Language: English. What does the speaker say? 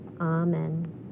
amen